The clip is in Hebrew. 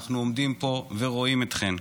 אנחנו עומדים פה ורואים אתכן.